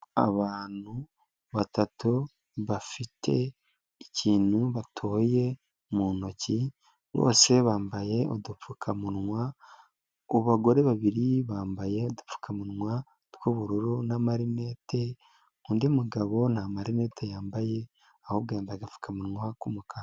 Abantu batatu bafite ikintu batoye mu ntoki bose bambaye udupfukamunwa, abagore babiri bambaye udupfukamunwa tw'ubururu n'amarinete, undi mugabo nt'amarinete yambaye ahubwo yambaye agapfukamunwa k'umukara.